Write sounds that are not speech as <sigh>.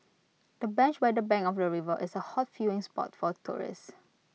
the bench <unintelligible> the bank of the river is A hot viewing spot for tourists